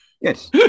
Yes